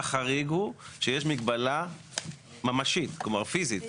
החריג הוא שיש מגבלה ממשית, כלומר פיזית,